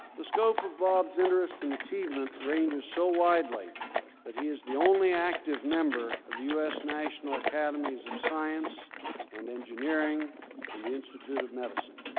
the scope of bob's interest and achievement ranges so widely that he is the only active member of the us national academies of science and engineering and the institute of medicine.